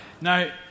Now